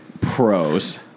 pros